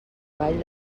vall